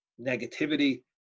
negativity